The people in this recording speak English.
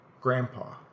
Grandpa